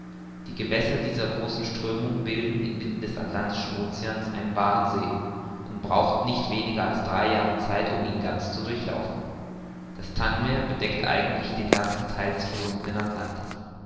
die gewässer dieser großen strömung bilden inmitten des atlantischen oceans einen wahren see und brauchen nicht weniger als drei jahre zeit um ihn ganz zu durchlaufen das tang meer bedeckt eigentlich den ganzen theil der versunkenen atlantis